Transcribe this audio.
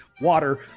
water